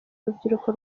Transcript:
urubyiruko